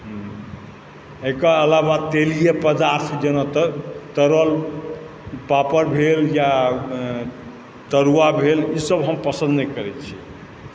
एहिके अलावा तेलीय पदार्थ जेना तरल पापड़ भेल या तरुआ भेल ईसभ हम पसन्द नहि करैत छी